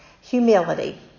humility